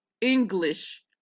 english